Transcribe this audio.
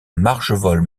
marvejols